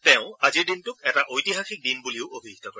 তেওঁ আজিৰ দিনটো এটা ঐতিহাসিক দিন বুলিও অভিহিত কৰে